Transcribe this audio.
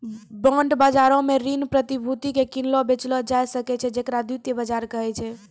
bond बजारो मे ऋण प्रतिभूति के किनलो बेचलो जाय सकै छै जेकरा द्वितीय बजार कहै छै